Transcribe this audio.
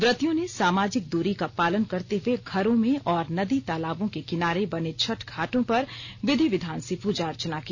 व्रतियों ने समाजिक दरी का पालन करते हुए घरों मे और नदी तलाबों के किनारे बने छठ घाटों पर विधि विधान से पुजा अर्चना की